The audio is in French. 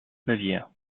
bavière